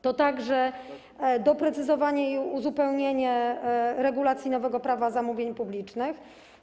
To także doprecyzowanie i uzupełnienie regulacji nowego Prawa zamówień publicznych.